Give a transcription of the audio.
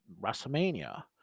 WrestleMania